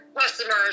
customers